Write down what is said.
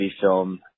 film